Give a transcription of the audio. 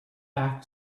back